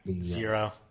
Zero